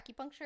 acupuncture